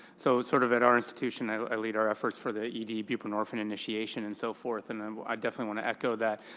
so, sort of, at our institution, i i lead our efforts for the ed buprenorphine initiation and so forth. and and but i definitely want to echo that.